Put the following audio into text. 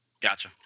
Gotcha